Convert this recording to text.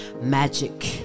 magic